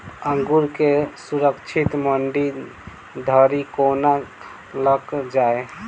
अंगूर केँ सुरक्षित मंडी धरि कोना लकऽ जाय?